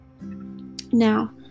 now